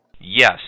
yes